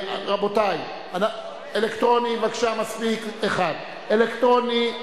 אלקטרוני, בבקשה, מספיק, אלקטרוני.